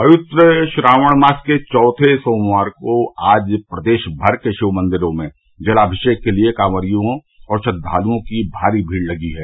पवित्र श्रावण मास के चौथे सोमवार को आज प्रदेश भर के शिव मंदिरों में जलामिषेक के लिये कांवरियों और श्रद्वालुओं की भारी भीड़ लगी है